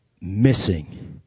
missing